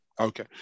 Okay